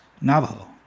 Navajo